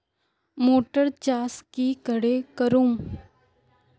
Motor चास की करे करूम?